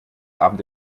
abend